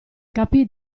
capì